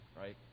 right